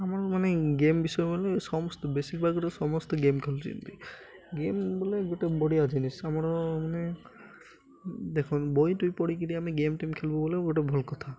ଆମର ମାନେ ଗେମ୍ ବିଷୟରେ ବୋଲେ ସମସ୍ତ ବେଶୀ ଭାଗ ସମସ୍ତେ ଗେମ୍ ଖେଳୁଛନ୍ତି ଗେମ୍ ବୋଲେ ଗୋଟେ ବଢ଼ିଆ ଜିନିଷ ଆମର ମାନେ ଦେଖନ୍ତ ବହି ଦୁଇ ପଢ଼ିକରି ଆମେ ଗେମ୍ ଟଟିମ୍ ଖେଳିବୁ ବୋଲେ ଗୋଟେ ଭଲ କଥା